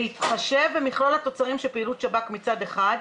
בהתחשב במכלול התוצרים של פעילות שב"כ מצד אחד,